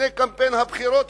לפני קמפיין הבחירות,